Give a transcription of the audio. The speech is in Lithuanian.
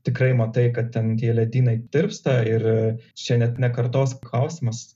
tikrai matai kad ten tie ledynai tirpsta ir čia net ne kartos klausimas